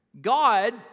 god